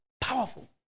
powerful